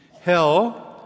Hell